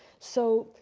so,